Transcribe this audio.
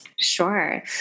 Sure